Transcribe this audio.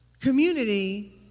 Community